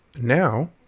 Now